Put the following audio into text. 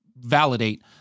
validate